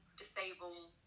disable